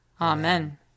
Amen